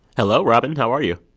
hello, robin. how are you?